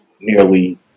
nearly